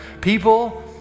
people